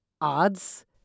odds